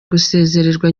gusezererwa